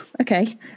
okay